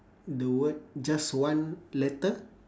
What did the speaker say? the word just one letter